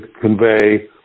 convey